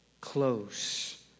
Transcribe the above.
close